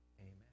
Amen